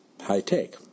high-tech